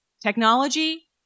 technology